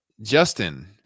Justin